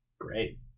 Great